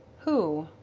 who?